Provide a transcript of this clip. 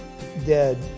dead